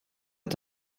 att